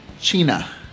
China